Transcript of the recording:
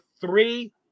three